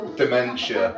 dementia